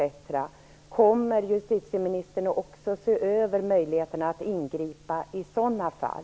Kommer justitieministern att också se över möjligheterna att ingripa i sådana fall?